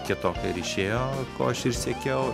kietoka ir išėjo ko aš ir siekiau